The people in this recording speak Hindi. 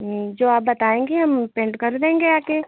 जो आप बताएंगी हम पेंट कर देंगे आ कर